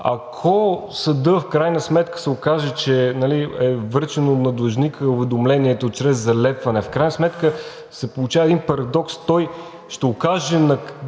ако съдът в крайна сметка се окаже, че е връчил на длъжника уведомлението чрез залепване, се получава един парадокс. Той ще укаже